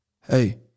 hey